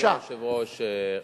אדוני היושב-ראש,